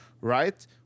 right